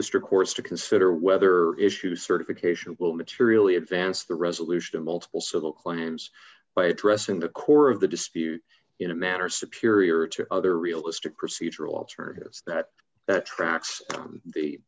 courts to consider whether issue certification will materially advance the resolution of multiple civil claims by addressing the core of the dispute in a matter superior to other realistic procedural alternatives that tracks the